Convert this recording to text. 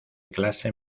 clase